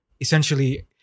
essentially